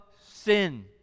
sin